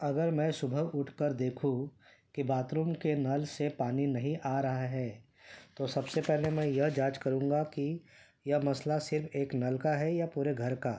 اگر میں صبح اٹھ کر دیکھوں کہ باتھروم کے نل سے پانی نہیں آ رہا ہے تو سب سے پہلے میں یہ جانچ کروں گا کہ یہ مسئلہ صرف ایک نل کا ہے یا پورے گھر کا